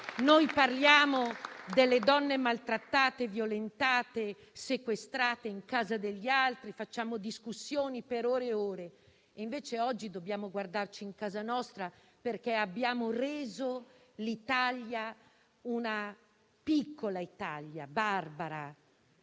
Parliamo delle donne maltrattate, violentate o sequestrate in casa degli altri e facciamo discussioni per ore e ore. Oggi invece dobbiamo guardare in casa nostra, perché abbiamo reso l'Italia piccola e barbara,